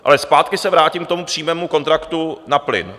Ale zpátky se vrátím k tomu přímému kontraktu na plyn.